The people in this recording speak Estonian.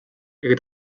ega